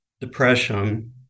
depression